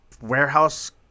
warehouse